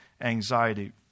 anxiety